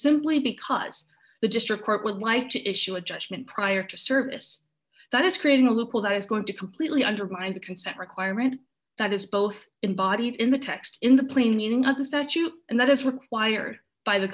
simply because the district court would like to issue a judgment prior to service that is creating a local that is going to completely undermine the consent requirement that is both embodied in the text in the plain meaning of the statute and that is required by the